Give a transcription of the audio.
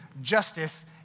justice